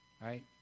right